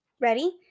Ready